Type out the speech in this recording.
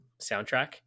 soundtrack